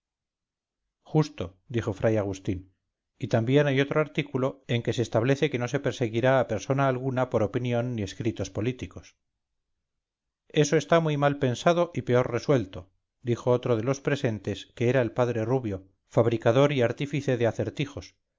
justo dijo fray agustín y también hay otro artículo en que se establece que no se perseguirá a persona alguna por opinión ni escritos políticos eso está muy mal pensado y peor resuelto dijo otro de los presentes que era el padre rubio fabricador y artífice de acertijos